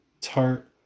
tart